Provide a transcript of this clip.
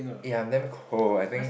eh I'm damn cold I think